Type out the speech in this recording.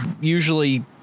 usually